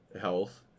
health